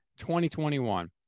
2021